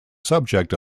subject